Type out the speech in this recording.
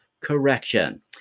correction